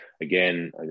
again